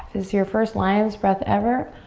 is your first lion's breath ever,